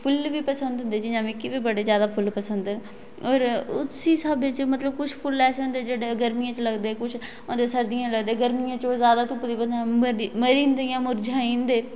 फुल्ल़ बी पसंद होंदे जियां मिकी बी बडे़ ज्याद फुल्ल पसंद ना और उस्सै स्हाबै च मतलब कुछ फुल्ल ऐसे होंदे जेहडे़ गर्मियें च लगदे कुछ सर्दियें च लगदे गर्मियें च ओह् ज्यादा धुप्प दी बजह कन्नै मरी जंदे इयां मुरजाई जंदे